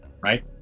right